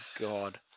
God